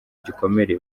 igikomere